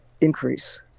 increase